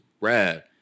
rad